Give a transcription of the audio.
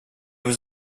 was